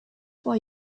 for